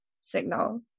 signal